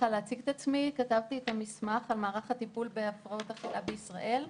על מערך הטיפול בהפרעות האכילה בישראל.